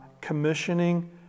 commissioning